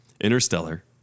Interstellar